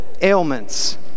ailments